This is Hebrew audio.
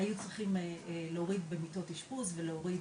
היו צריכים להוריד במיטות אשפוז ולהוריד